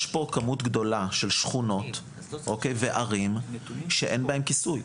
יש פה כמות גדולה של שכונות וערים שאין בהם כיסוי.